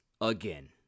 again